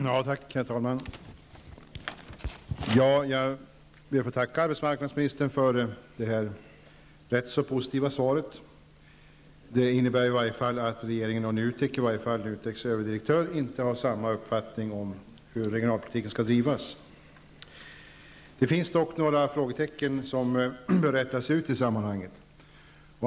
Herr talman! Jag ber att få tacka arbetsmarknadsministern för det här ganska positiva svaret. Det innebär att regeringen och NUTEK, åtminstone NUTEKs överdirektör, inte har samma uppfattning om hur regionalpolitiken skall drivas. Det finns dock några frågetecken som bör rätas ut i sammanhanget.